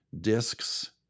discs